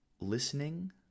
listening